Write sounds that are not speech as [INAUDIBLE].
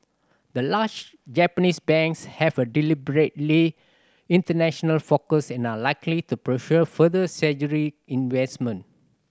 the large Japanese banks have a deliberately international focus and are likely to pursue further [UNINTELLIGIBLE] investment